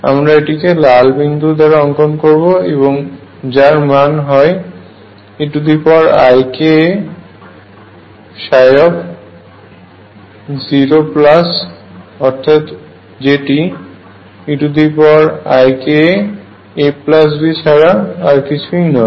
আমরা এটিকে লাল বিন্দুতে অঙ্কন করব এবং যার মান হয় eikaψ0 অর্থাৎ যেটি eikaAB ছাড়া আর কিছুই নয়